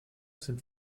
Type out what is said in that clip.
sind